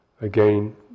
again